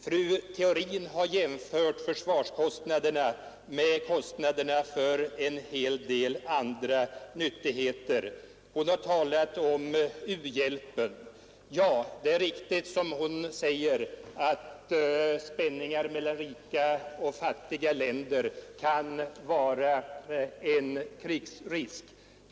Fru Theorin har jämfört försvarskostnaderna med kostnaderna för en hel del andra nyttigheter. Hon har talat om u-hjälpen. Det är riktigt, som hon säger, att spänningar mellan rika och fattiga länder kan vara en krigsrisk.